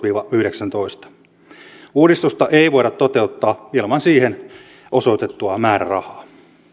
viiva kaksituhattayhdeksäntoista uudistusta ei voida toteuttaa ilman siihen osoitettua määrärahaa